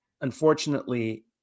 Unfortunately